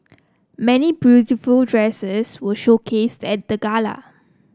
many beautiful dresses were showcased at the gala